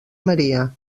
maria